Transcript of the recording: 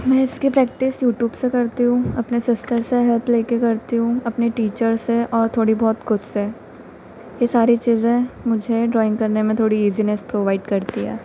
मैं इसकी practice YouTube से करती हूँ अपने सिस्टर से हेल्प लेकर करती हूँ अपने टीचर से और थोड़ी बहुत खुद से यह सारी चीज़ें मुझे ड्राइंग करने में थोड़ी इजीनेस प्रोवाइड करती हैं